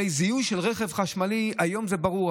זיהוי של רכב חשמלי היום זה ברור,